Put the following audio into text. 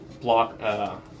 block